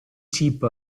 chip